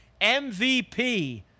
MVP